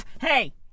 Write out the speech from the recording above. Hey